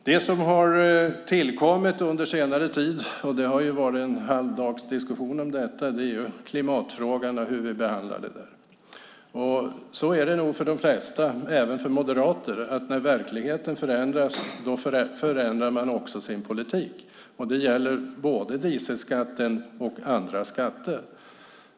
Det som har tillkommit under senare tid - det har varit en halv dags diskussion om det - är klimatfrågan och hur vi behandlar den. Det är nog så för de flesta, även för moderater, att när verkligheten förändras förändrar man sin politik. Det gäller både dieselskatten och andra skatter.